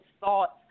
thoughts